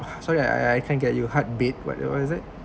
sorry I I I can't get you heartbeat what what is it